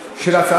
מצברים.